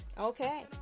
Okay